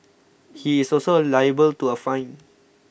he is also liable to a fine